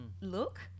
look